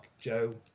Joe